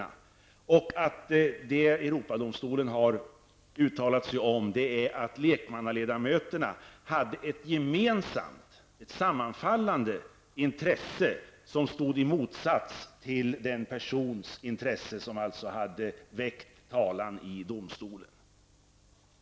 Vad Europadomstolen uttalat sig om är att lekmannaledamöterna hade ett gemensamt, sammanfallande intresse som stod i motsatsförhållande till intresset hos den person som hade väckt talan i domstolen.